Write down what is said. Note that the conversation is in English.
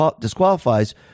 disqualifies